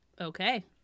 okay